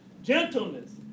gentleness